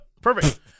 perfect